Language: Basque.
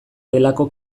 delako